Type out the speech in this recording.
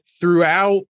throughout